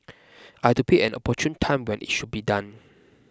I had to pick an opportune time when it should be done